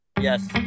Yes